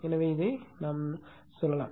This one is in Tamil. எனவே இதை நாமும் சொல்லலாம்